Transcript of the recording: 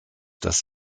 das